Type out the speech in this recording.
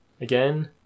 again